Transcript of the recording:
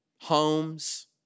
homes